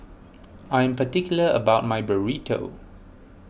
I am particular about my Burrito